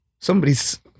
Somebody's